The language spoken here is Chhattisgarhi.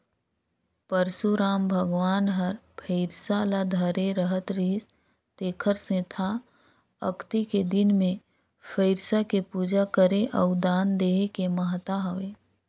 परसुराम भगवान हर फइरसा ल धरे रहत रिहिस तेखर सेंथा अक्ती के दिन मे फइरसा के पूजा करे अउ दान देहे के महत्ता हवे